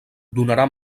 donarà